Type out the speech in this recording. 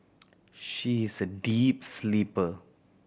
she is a deep sleeper